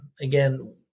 Again